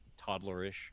toddlerish